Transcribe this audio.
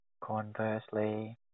Conversely